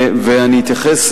אני אתייחס,